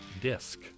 disc